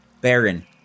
Baron